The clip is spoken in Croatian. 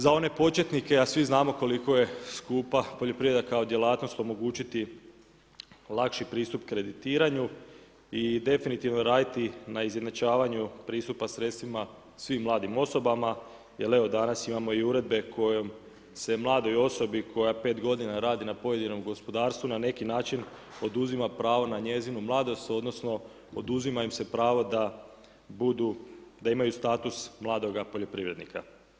Za one početnike, a svi znamo koliko je skupa poljoprivreda kao djelatnost omogućiti lakši pristup kreditiranju i definitivno raditi na izjednačavanju pristupa sredstvima svim mladim osobama jer evo, danas imamo i uredbe kojom se mladoj osobi koja 5 godina radi na pojedinom gospodarstvu na neki način oduzima pravo na njezinu mladost, odnosno oduzima im se pravo da imaju status mladoga poljoprivrednika.